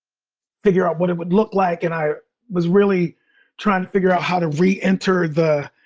figure out what it would look like, and i was really trying to figure out how to re-enter the,